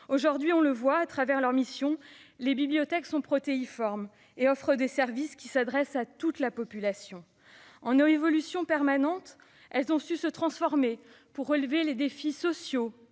Aujourd'hui, on le voit au travers de leurs missions, les bibliothèques sont protéiformes et offrent des services qui s'adressent à toute la population. En évolution permanente, elles ont su se transformer pour relever ces défis sociaux,